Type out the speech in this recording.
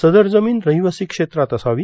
सदर जमीन रहिवासी क्षेत्रात असावी